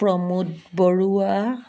Pramod Barua